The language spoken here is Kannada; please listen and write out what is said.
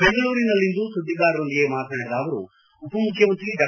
ಬೆಂಗಳೂರಿನಲ್ಲಿಂದು ಸುದ್ವಿಗಾರರೊಂದಿಗೆ ಮಾತನಾಡಿದ ಅವರು ಉಪ ಮುಖ್ಯಮಂತ್ರಿ ಡಾ